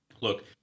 look